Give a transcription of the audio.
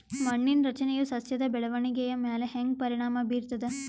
ಮಣ್ಣಿನ ರಚನೆಯು ಸಸ್ಯದ ಬೆಳವಣಿಗೆಯ ಮ್ಯಾಲ ಹ್ಯಾಂಗ ಪರಿಣಾಮ ಬೀರ್ತದ?